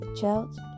child